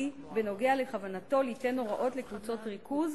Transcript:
בנוגע לכוונתו ליתן הוראות לקבוצות ריכוז,